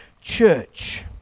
church